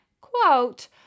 quote